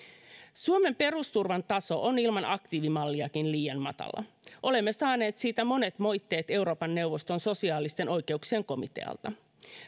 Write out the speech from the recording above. suomen perusturvan taso on ilman aktiivimalliakin liian matala olemme saaneet siitä monet moitteet euroopan neuvoston sosiaalisten oikeuksien komitealta